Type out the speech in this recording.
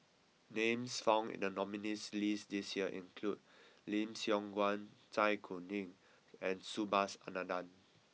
names found in the nominees' list this year include Lim Siong Guan Zai Kuning and Subhas Anandan